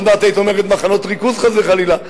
עוד מעט היית אומרת מחנות ריכוז, חס וחלילה.